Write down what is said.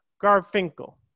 Garfinkel